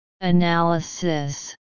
Analysis